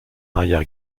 arrière